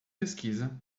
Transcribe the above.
pesquisa